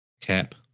cap